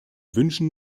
wünschen